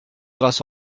grâce